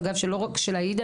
לא רק של חברת הכנסת עאידה,